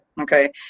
okay